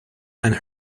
and